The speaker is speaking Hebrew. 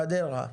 חדרה.